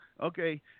okay